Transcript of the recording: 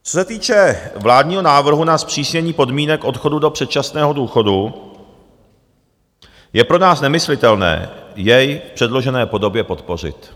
Co se týče vládního návrhu na zpřísnění podmínek odchodu do předčasného důchodu, je pro nás nemyslitelné jej v předložené podobě podpořit.